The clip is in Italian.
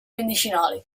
medicinali